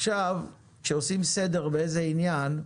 עכשיו שעושים סדר באיזה עניין,